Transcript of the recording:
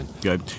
Good